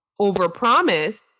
overpromise